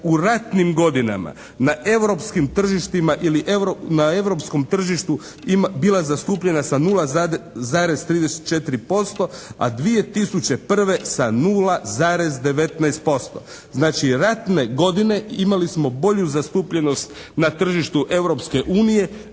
tržištima ili na europskom tržištu bila zastupljena sa 0,34%, a 2001. sa 0,19%. Znači, ratne godine imali smo bolju zastupljenost na tržištu